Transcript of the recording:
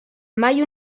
mai